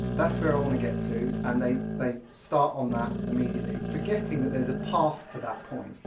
that's where i want to get to and they they start on that immediately forgetting that there's a path to that point,